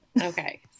Okay